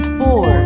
four